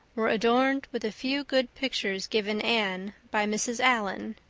were adorned with a few good pictures given anne by mrs. allan.